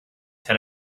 ten